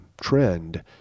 trend